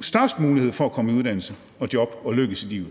størst mulighed for at komme i uddannelse og job og at lykkes i livet.